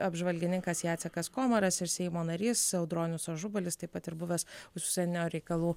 apžvalgininkas jacekas komaras ir seimo narys audronius ažubalis taip pat ir buvęs užsienio reikalų